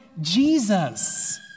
Jesus